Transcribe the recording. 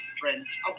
friends